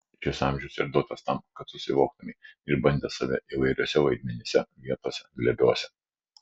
šis amžius ir duotas tam kad susivoktumei išbandęs save įvairiuose vaidmenyse vietose glėbiuose